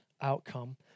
outcome